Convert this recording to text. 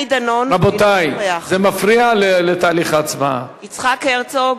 אינו נוכח יצחק הרצוג,